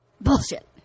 Bullshit